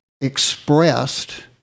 expressed